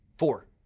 Four